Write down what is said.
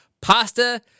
Pasta